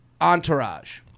Entourage